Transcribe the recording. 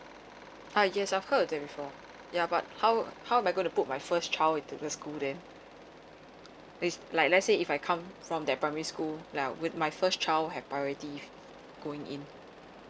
uh yes I heard that before ya but how how am I gonna to put my first child to the school then it's like let's say if I come from that primary school like with my first child have priority going in